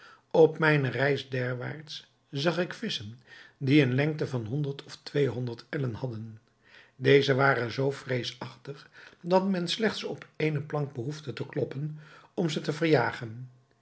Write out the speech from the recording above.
op mijne reis derwaarts zag ik visschen die eene lengte van honderd tot twee honderd ellen hadden deze waren zoo vreesachtig dat men slechts op eene plank behoefde te kloppen om ze te verjagen